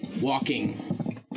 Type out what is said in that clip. walking